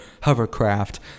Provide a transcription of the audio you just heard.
hovercraft